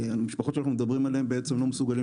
המשפחות שאנחנו מדברים עליהן לא מסוגלות